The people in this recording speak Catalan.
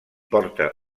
porta